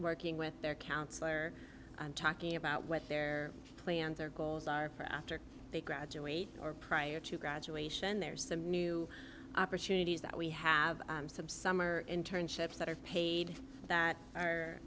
working with their counselor talking about what their plans their goals are for after they graduate or prior to graduation there's some new opportunities that we have some summer internships that are paid that are